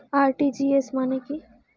RTGS মানে কি?